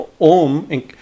Om